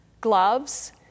gloves